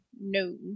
No